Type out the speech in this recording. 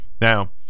Now